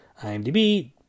IMDb